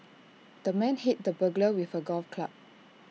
the man hit the burglar with A golf club